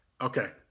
Okay